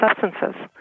substances